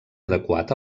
adequat